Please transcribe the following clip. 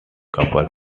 couple